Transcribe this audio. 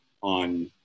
on